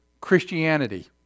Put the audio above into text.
Christianity